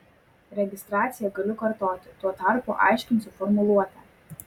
registraciją galiu kartoti tuo tarpu aiškinsiu formuluotę